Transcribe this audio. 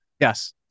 Yes